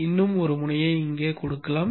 இன்னும் ஒரு முனையை இங்கே கொடுக்கலாம்